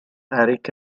eric